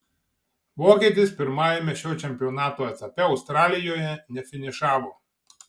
vokietis pirmajame šio čempionato etape australijoje nefinišavo